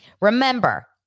Remember